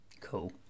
Cool